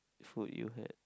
food you had